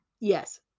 Yes